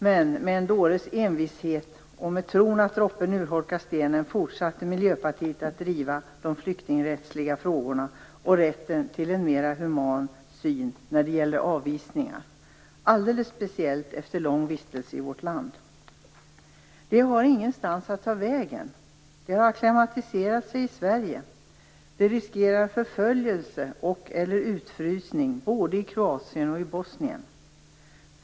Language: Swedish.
Men med en dåres envishet, och med tron att droppen urholkar stenen, fortsätter Miljöpartiet att driva de flyktingrättsliga frågorna och rätten till en mer human syn när det gäller avvisningar, alldeles speciellt efter lång vistelse i vårt land. De har ingenstans att ta vägen. De har acklimatiserat sig i Sverige. De riskerar förföljelse och/eller utfrysning både i Kroatien och i Bosnien.